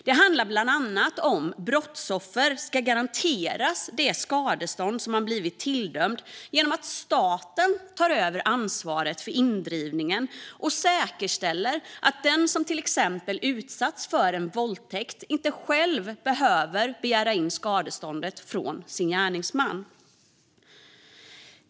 Det handlar bland annat om att brottsoffer ska garanteras det skadestånd som man blivit tilldömd genom att staten tar över ansvaret för indrivningen och säkerställer att den som till exempel utsatts för en våldtäkt inte själv behöver begära in skadeståndet från gärningsmannen.